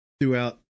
throughout